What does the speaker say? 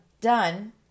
done